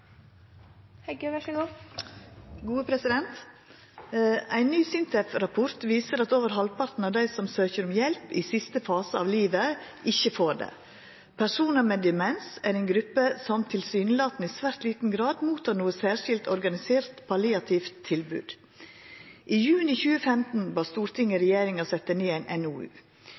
at «personer med demens [...] er en gruppe som tilsynelatende i svært liten grad mottar noe særskilt organisert palliativt tilbud». I juni 2015 bad Stortinget regjeringa setje ned